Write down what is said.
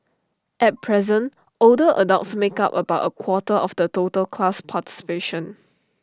at present older adults make up about A quarter of the total class participation